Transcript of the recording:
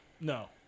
no